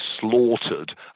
slaughtered